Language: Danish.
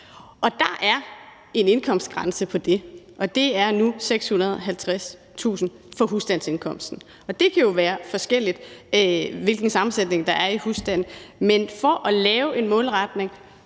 der er en indkomstgrænse for det; den er nu 650.000 kr. for husstandsindkomsten. Og det kan jo være forskelligt, hvilken sammensætning der er i husstanden, men for at lave en målretning